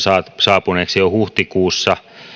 saapuneeksi jo huhtikuussa